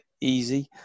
easy